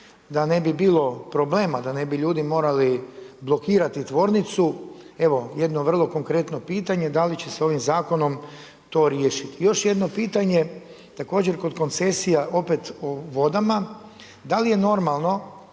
da ne bi bilo problema, da ne bi ljudi morali blokirati tvornicu evo jedno vrlo konkretno pitanje, da li će ovim zakonom to riješiti? Još jedno pitanje, također kod koncesija opet o vodama. Da li je normalno